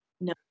no